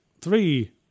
three